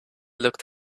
looked